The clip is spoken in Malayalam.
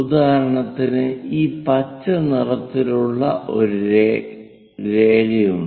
ഉദാഹരണത്തിന് ഈ പച്ച നിറത്തിലുള്ള ഒരു രേഖയുണ്ട്